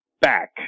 back